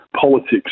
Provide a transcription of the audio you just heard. politics